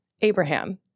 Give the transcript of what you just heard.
Abraham